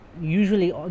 usually